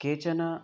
केचन